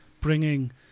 bringing